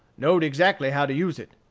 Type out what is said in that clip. knowed exactly how to use it.